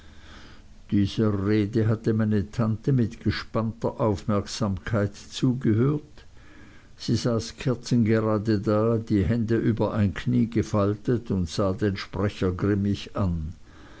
dieser rede hatte meine tante mit gespanntester aufmerksamkeit zugehört sie saß kerzengerade da die hände über ein knie gefaltet und sah den sprecher grimmig an